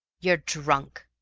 you're drunk,